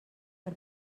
per